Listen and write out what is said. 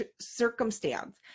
circumstance